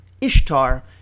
Ishtar